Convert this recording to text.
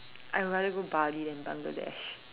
I rather go Bali than Bangladesh